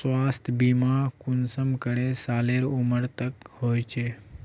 स्वास्थ्य बीमा कुंसम करे सालेर उमर तक होचए?